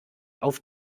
auf